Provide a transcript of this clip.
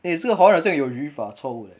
eh 这个华文好像有语法错误 leh